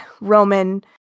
Roman